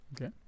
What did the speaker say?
Okay